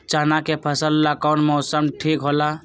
चाना के फसल ला कौन मौसम ठीक होला?